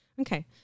Okay